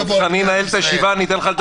אתה רוצה שאני אנהל את הישיבה ואני אתן לך לדבר?